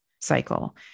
cycle